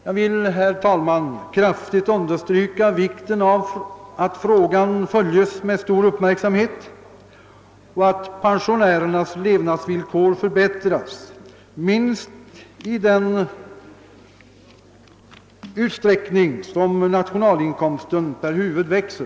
Jag vill, herr talman, kraftigt understryka vikten av att frågan följs med stor uppmärksamhet och att pensionärernas levnadsvillkor förbättras minst i den utsträckning som = nationalinkomsten per huvud växer.